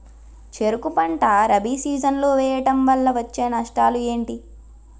చెరుకు పంట రబీ సీజన్ లో వేయటం వల్ల వచ్చే నష్టాలు ఏంటి?